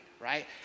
right